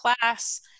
class